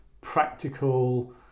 practical